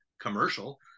commercial